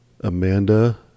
Amanda